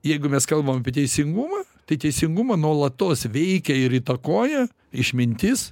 jeigu mes kalbam apie teisingumą tai teisingumą nuolatos veikia ir įtakoja išmintis